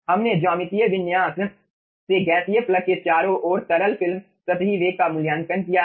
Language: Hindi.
हमने ज्यामितीय विन्यास से गैसीय प्लग के चारों ओर तरल फिल्म सतही वेग का मूल्यांकन किया है